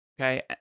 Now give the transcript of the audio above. okay